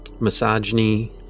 misogyny